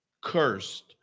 cursed